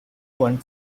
one